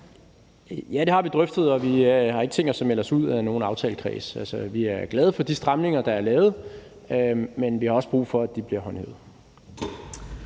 Ja, det har vi drøftet, og vi har ikke tænkt os at melde os ud af nogen aftalekreds. Altså, vi er glade for de stramninger, der er lavet, men vi har også brug for, at de bliver håndhævet.